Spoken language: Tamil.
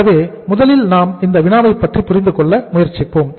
ஆகவே முதலில் நாம் இந்த வினாவை பற்றி புரிந்து கொள்ள முயற்சிப்போம்